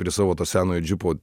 prie savo to senojo džipo